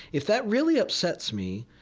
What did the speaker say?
if that really upsets me,